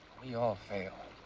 we all fail.